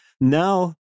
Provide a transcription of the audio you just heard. now